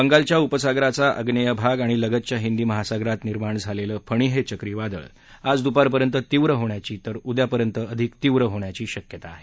बंगालच्या उपसागराचा आग्नेय भाग आणि लगतच्या हिदी महासागरात निर्माण झालेलं फणी हे चक्रीवादळ आज दुपारपर्यंत तीव्र होण्याची तर उद्यापर्यंत अधिक तीव्र होण्याची शक्यता आहे